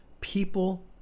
people